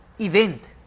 event